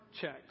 checks